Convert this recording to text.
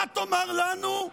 אתה תאמר לנו,